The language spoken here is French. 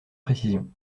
précision